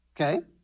Okay